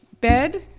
bed